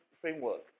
framework